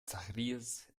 zacharias